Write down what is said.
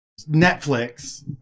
Netflix